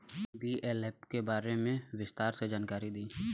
BLF के बारे में विस्तार से जानकारी दी?